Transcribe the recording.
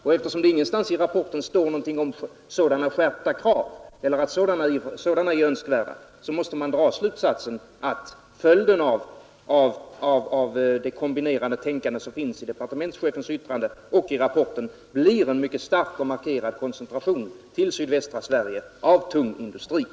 Och eftersom det ingenstans i rapporten står talat om skärpta krav eller att sådana är önskvärda blir följden av det kombinerade tänkande som finns i departementschefens yttrande och i rapporten en mycket starkt markerad koncentration av tung industri till sydvästra Sverige.